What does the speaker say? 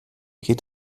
geht